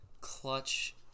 clutch